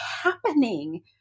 happening